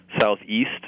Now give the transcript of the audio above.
southeast